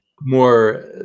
more